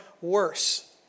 worse